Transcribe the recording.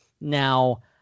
Now